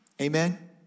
Amen